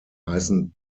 heißen